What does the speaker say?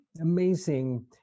amazing